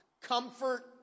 Comfort